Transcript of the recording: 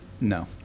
No